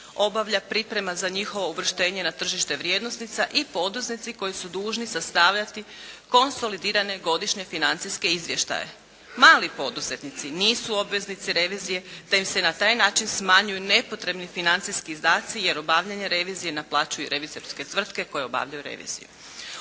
obavlja priprema za njihovo uvrštenje na tržište vrijednosnica i poduzetnici koji su dužni sastavljati konsolidirane godišnje financijske izvještaje. Mali poduzetnici nisu obveznici revizije te im se na taj način smanjuju nepotrebni financijski izdaci jer obavljanje revizije naplaćuju revizorske tvrtke koje obavljaju reviziju.